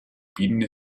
pinne